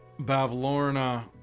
Bavlorna